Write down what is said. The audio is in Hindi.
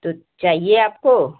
तो चाहिए आपको